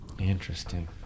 Interesting